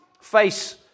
face